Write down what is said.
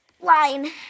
Line